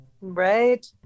Right